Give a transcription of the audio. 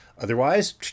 otherwise